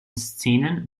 szenen